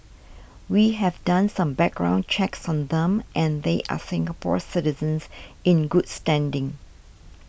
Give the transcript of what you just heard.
we have done some background checks on them and they are Singapore citizens in good standing